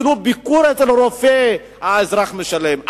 אפילו על ביקור אצל רופא האזרח משלם,